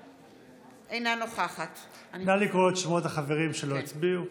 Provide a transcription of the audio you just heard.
אינה נוכחת נא לקרוא בשמות החברים שלא הצביעו.